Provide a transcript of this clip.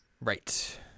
Right